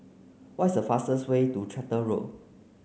what is a fastest way to Tractor Road